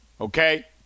okay